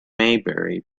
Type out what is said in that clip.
maybury